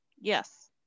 Yes